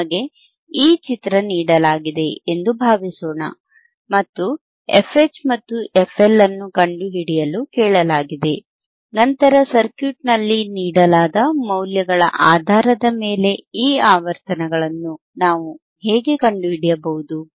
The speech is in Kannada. ನಮಗೆ ಈ ಚಿತ್ರ ನೀಡಲಾಗಿದೆ ಎಂದು ಭಾವಿಸೋಣ ಮತ್ತು fH ಮತ್ತು fL ಅನ್ನು ಕಂಡುಹಿಡಿಯಲು ಕೇಳಲಾಗಿದೆ ನಂತರ ಸರ್ಕ್ಯೂಟ್ನಲ್ಲಿ ನೀಡಲಾದ ಮೌಲ್ಯಗಳ ಆಧಾರದ ಮೇಲೆ ಈ ಆವರ್ತನಗಳನ್ನು ನಾವು ಹೇಗೆ ಕಂಡುಹಿಡಿಯಬಹುದು